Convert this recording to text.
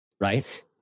right